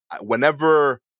Whenever